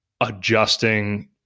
adjusting